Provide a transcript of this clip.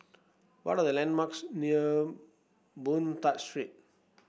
what are the landmarks near Boon Tat Street